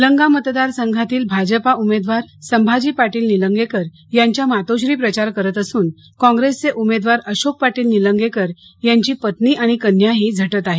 निलंगा मतदार संघातील भाजपा उमेदवार संभाजी पाटील निलंगेकर यांच्या मातोश्री प्रचार करत असुन कॉंग्रेसचे उमेदवार अशोक पाटील निलंगेकर यांची पत्नी आणि कन्याही झटत आहेत